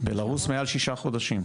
בלרוס מעל שישה חודשים.